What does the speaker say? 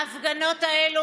ההפגנות האלו,